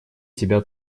тебя